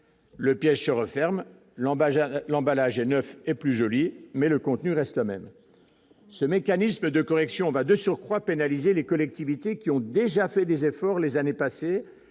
le piège se referme l'emballage, l'emballage et 9 et plus mais le contenu reste la même, ce mécanisme de correction va de surcroît pénaliser les collectivités qui ont déjà fait des efforts, les années passées